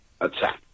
attack